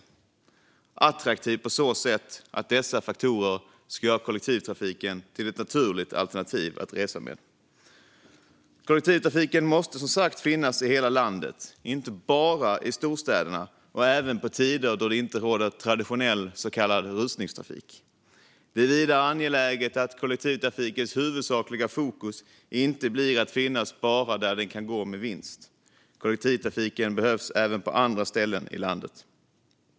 Kollektivtrafiken behöver vara attraktiv på så sätt att dessa faktorer gör den till ett naturligt alternativ att resa med. Den måste som sagt finnas i hela landet, inte bara i storstäderna, och även på tider då det inte råder traditionell så kallad rusningstrafik. Det är vidare angeläget att kollektivtrafikens huvudsakliga fokus inte blir att finnas bara där den kan gå med vinst utan även på andra ställen i landet.